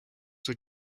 were